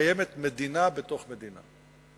קיימת מדינה בתוך מדינה.